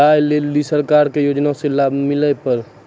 गाय ले ली सरकार के योजना से लाभ मिला पर?